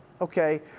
okay